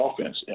offense